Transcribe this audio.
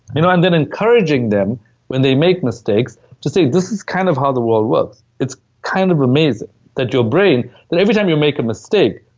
and and then encouraging them when they make mistakes to say, this is kind of how the world works. it's kind of amazing that your brain, that every time you make a mistake,